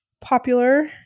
Popular